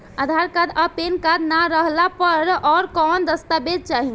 आधार card आ PAN card ना रहला पर अउरकवन दस्तावेज चली?